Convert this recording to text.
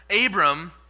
Abram